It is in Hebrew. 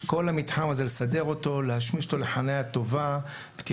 את כל המתחם שיש שם לסדר ולהשמיש אותו לטובת חנייה טובה ובטיחותית.